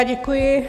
Děkuji.